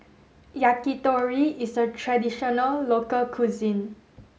Yakitori is a traditional local cuisine